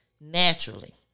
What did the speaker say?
Naturally